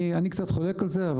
אני קצת חולק על זה.